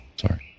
Sorry